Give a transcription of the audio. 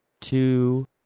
two